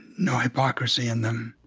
no hypocrisy in them.